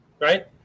right